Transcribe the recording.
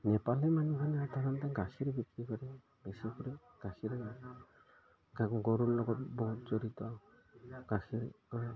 নেপালী মানুহে সাধাৰণতে গাখীৰ বিক্ৰী কৰে বেচি কৰি গাখীৰে তাকো গৰুৰ লগত বহুত জড়িত গাখীৰ কৰে